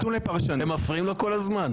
אתם מפריעים לו כל הזמן.